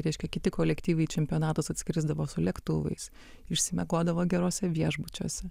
reiškia kiti kolektyvai į čempionatus atskrisdavo su lėktuvais išsimiegodavo geruose viešbučiuose